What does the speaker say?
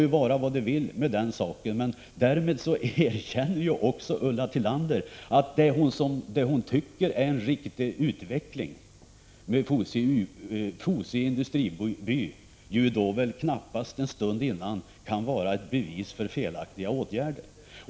Det må vara hur som helst med den saken, men därmed erkänner också Ulla Tillander att det hon tycker är en riktig utveckling — Fosie industriby — väl knappast en stund dessförinnan kan ha varit ett bevis för att det vidtagits felaktiga åtgärder.